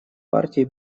партий